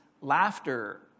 laughter